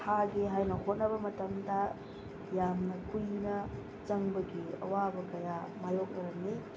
ꯊꯥꯒꯦ ꯍꯥꯏꯅ ꯍꯣꯠꯅꯕ ꯃꯇꯝꯗ ꯌꯥꯝꯅ ꯀꯨꯏꯅ ꯆꯪꯕꯒꯤ ꯑꯋꯥꯕ ꯀꯌꯥ ꯃꯥꯏꯌꯣꯛꯅꯔꯝꯃꯤ